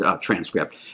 transcript